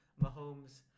Mahomes